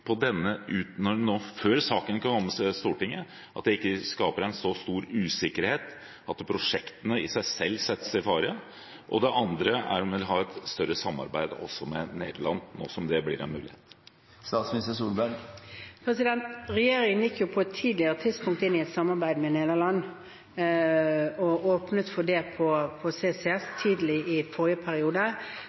så stor usikkerhet at prosjektene i seg selv settes i fare? Og videre: Vil hun ha et større samarbeid også med Nederland, nå som det blir en mulighet? Regjeringen gikk på et tidligere tidspunkt inn i et samarbeid med Nederland og åpnet for det når det gjelder CCS, tidlig i forrige periode.